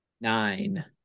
nine